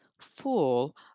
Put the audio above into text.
full